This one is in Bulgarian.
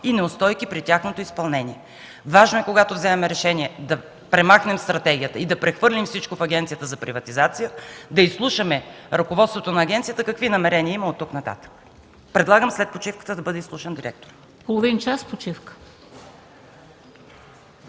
и неустойки при тяхното неизпълнение. Важно е, когато вземаме решение да премахнем стратегията и да прехвърлим всичко в Агенцията за приватизация и следприватизационен контрол да изслушаме ръководството на агенцията какви намерения има оттук нататък. Предлагам след почивката да бъде изслушан директорът й.